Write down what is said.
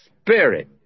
Spirit